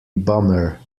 bummer